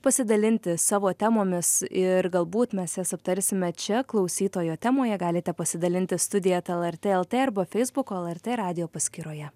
pasidalinti savo temomis ir galbūt mes jas aptarsime čia klausytojo temoje galite pasidalinti studija eta lrt lt arba feisbuko lrt radijo paskyroje